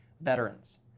veterans